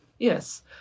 Yes